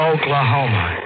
Oklahoma